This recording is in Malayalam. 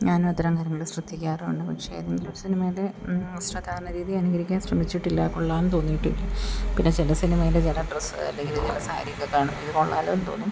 ഞാനും അത്തരം കാര്യങ്ങൾ ശ്രദ്ധിക്കാറുണ്ട് പക്ഷേ എങ്കിലും സിനിമയിൽ വസ്ത്രധാരണ രീതി അനുകരിക്കാൻ ശ്രമിച്ചിട്ടില്ല കൊള്ളാന്നും തോന്നിയിട്ടുമില്ല പിന്നെ ചില സിനിമയിൽ ചില ഡ്രസ്സ് അല്ലെങ്കിൽ ചില സാരി ഒക്കെ കാണുമ്പോൾ ഇത് കൊള്ളാമല്ലോന്ന് തോന്നും